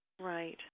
Right